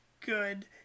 good